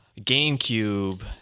GameCube